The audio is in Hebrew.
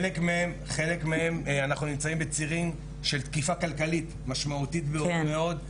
חלק מהם אנחנו נמצאים בצירים של תקיפה כלכלית משמעותית מאוד,